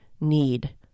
need